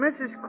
Mrs